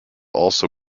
also